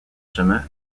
chemins